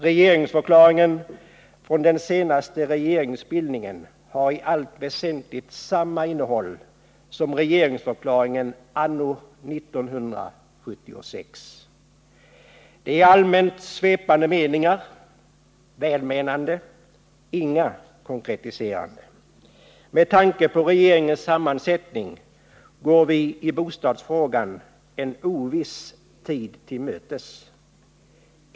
Regeringsförklaringen från den senaste regeringsbildningen hariallt väsentligt samma innehåll som regeringsförklaringen anno 1976. Det är välmenande, allmänt svepande meningar, inga konkretiseringar. Med tanke på regeringens sammansättning går vi i bostadsfrågan en oviss tid till mötes.